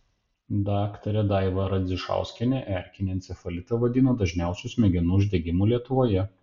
daktarė daiva radzišauskienė erkinį encefalitą vadino dažniausiu smegenų uždegimu lietuvoje